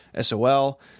sol